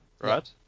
right